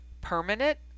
Permanent